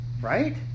right